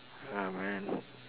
ya man